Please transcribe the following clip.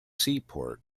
seaport